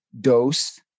dose